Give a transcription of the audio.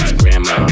grandma